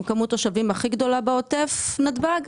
עם כמות התושבים הכי גדולה בעוטף נתב"ג,